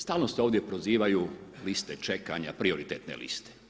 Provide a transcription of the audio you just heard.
Stalno se ovdje prozivaju liste čekanja, prioritetne liste.